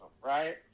right